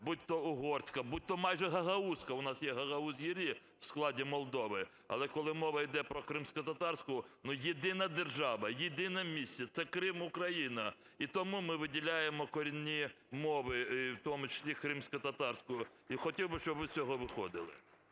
будь-то угорська, будь-то майже гагаузька, у нас є Гагаузія в складі Молдови. Але коли мова іде про кримськотатарську, ну, єдина держава, єдине місце – це Крим (Україна). І тому ми виділяємо корінні мови, в тому числі кримськотатарську. І хотів би, щоб ви з цього виходили.